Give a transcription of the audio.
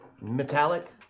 Metallic